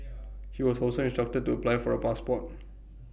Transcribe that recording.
he was also instructed to apply for A passport